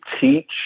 teach